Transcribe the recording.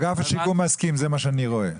אגף השיקום מסכים, זה מה שאני רואה.